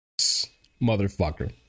motherfucker